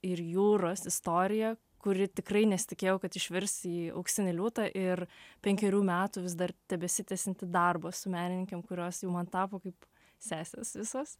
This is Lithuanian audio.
ir jūros istorija kuri tikrai nesitikėjau kad išvirs į auksinį liūtą ir penkerių metų vis dar tebesitęsiantį darbą su menininkėm kurios jau man tapo kaip sesės visos